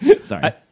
sorry